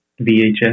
VHS